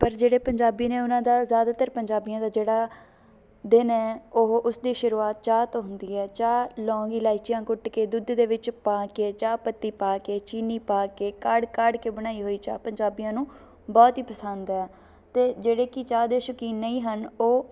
ਪਰ ਜਿਹੜੇ ਪੰਜਾਬੀ ਨੇ ਉਹਨਾਂ ਦਾ ਜ਼ਿਆਦਾਤਰ ਪੰਜਾਬੀਆਂ ਦਾ ਜਿਹੜਾ ਦਿਨ ਹੈ ਉਹ ਉਸਦੀ ਸ਼ੁਰੂਆਤ ਚਾਹ ਤੋਂ ਹੁੰਦੀ ਹੈ ਚਾਹ ਲੋਂਗ ਇਲਾਚੀਆਂ ਕੁੱਟ ਕੇ ਦੁੱਧ ਦੇ ਵਿੱਚ ਪਾ ਕੇ ਚਾਹ ਪੱਤੀ ਪਾ ਕੇ ਚੀਨੀ ਪਾ ਕੇ ਕਾੜ ਕਾੜ ਕੇ ਬਣਾਈ ਹੋਈ ਚਾਹ ਪੰਜਾਬੀਆਂ ਨੂੰ ਬਹੁਤ ਹੀ ਪਸੰਦ ਆ ਅਤੇ ਜਿਹੜੇ ਕਿ ਚਾਹ ਦੇ ਸ਼ੌਕੀਨ ਨਹੀਂ ਹਨ ਉਹ